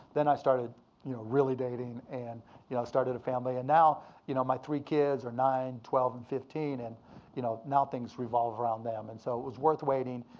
then i started you know really dating and you know started a family. and now you know my three kids are nine, twelve and fifteen. and you know now things revolve around them. and so it was worth waiting.